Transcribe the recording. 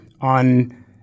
on